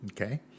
Okay